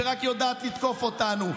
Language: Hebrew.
שרק יודעת לתקוף אותנו.